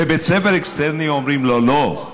בבית ספר אקסטרני אומרים לו: לא.